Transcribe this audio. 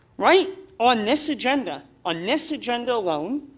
right on this agenda, on this agenda alone,